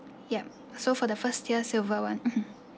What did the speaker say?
yup so for the first year silver one mmhmm